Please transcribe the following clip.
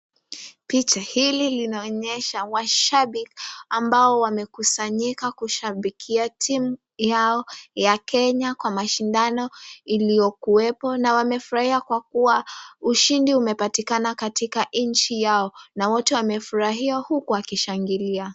Picha hili linaonyesha washabiki ambao wamekusanyika kushabikia timu yao ya kenya kwa mashindano iliyo kuwepo na wamefurahia kwa kuwa ushindi umepatikana katika nchi yao na wote wamefurahia huku wakishangilia.